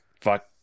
fuck